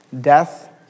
Death